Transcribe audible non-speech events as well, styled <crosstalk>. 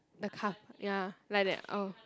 the <noise> ya like that oh